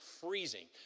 freezing